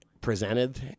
presented